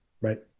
right